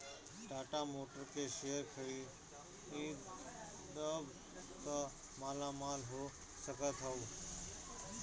Tata Motors के share खरीदबअ त मालामाल हो सकत हवअ